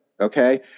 okay